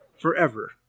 forever